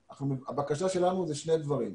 הבקשה שלנו כוללת שני דברים.